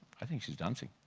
i think she's dancing.